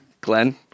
Glenn